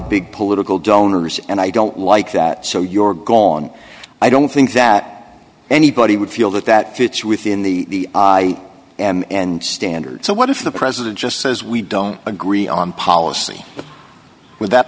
big political donors and i don't like that so your gone i don't think that anybody would feel that that fits within the i and standards so what if the president just says we don't agree on policy would that